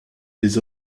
des